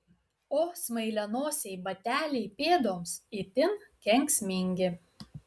o smailianosiai bateliai pėdoms itin kenksmingi